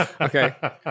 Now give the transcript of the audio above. Okay